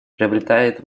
приобретает